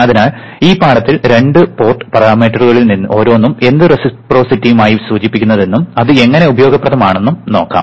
അതിനാൽ ഈ പാഠത്തിൽ രണ്ട് പോർട്ട് പാരാമീറ്ററുകളിൽ ഓരോന്നും എന്ത് റെസിപ്രൊസിറ്റിയുമാണ് സൂചിപ്പിക്കുന്നതെന്നും അത് എങ്ങനെ ഉപയോഗപ്രദമാണെന്നും നോക്കാം